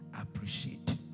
appreciate